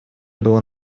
было